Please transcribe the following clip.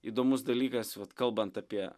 įdomus dalykas vat kalbant apie